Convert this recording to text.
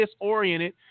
disoriented